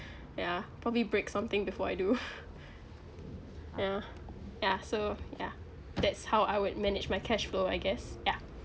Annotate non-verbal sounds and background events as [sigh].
yeah probably break something before I do [laughs] yeah yeah so yeah that's how I would manage my cash flow I guess ya